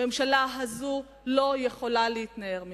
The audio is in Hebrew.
הממשלה הזאת, לא יכולה להתנער מכך,